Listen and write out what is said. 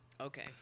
okay